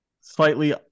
slightly